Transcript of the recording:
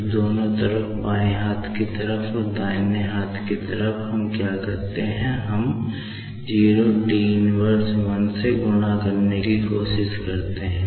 तो दोनों तरफ बाएं हाथ की तरफ और दाहिने हाथ की तरफ हम क्या करते हैं हम 01T −1 से गुणा करने की कोशिश करते हैं